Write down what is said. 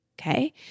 Okay